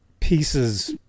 pieces